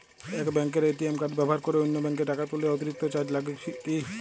এক ব্যাঙ্কের ATM card ব্যবহার করে অন্য ব্যঙ্কে টাকা তুললে অতিরিক্ত চার্জ লাগে কি?